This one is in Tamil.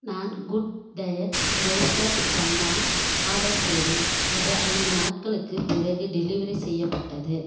நான் good diet roasted chana order செய்தேன் அது ஐந்து நாட்களுக்குப் பிறகு டெலிவரி செய்யப்பட்டது